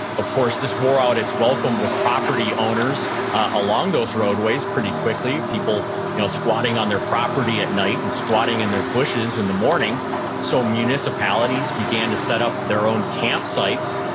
of course, this wore out its welcome with property owners along those roadways pretty quickly, people you know squatting on their property at night and squatting in their bushes in the morning so municipalities began to set up their own campsites,